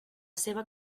seva